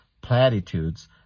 platitudes